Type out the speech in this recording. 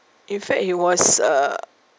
in fact he was uh